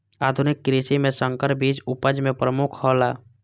आधुनिक कृषि में संकर बीज उपज में प्रमुख हौला